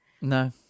No